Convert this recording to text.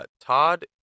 Todd